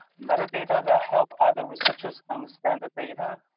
metadata that help other researchers understand the data,